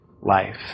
life